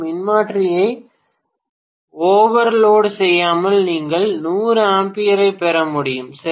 மின்மாற்றியை ஓவர்லோட் செய்யாமல் நீங்கள் 100 A ஐப் பெற முடியும் சரி